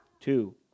Two